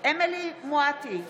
אמילי חיה מואטי,